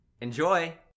enjoy